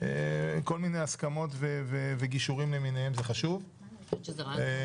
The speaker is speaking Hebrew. לגבי כל מיני הסכמות וגישורים למיניהם אני חושב שזה חשוב.